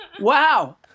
Wow